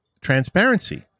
transparency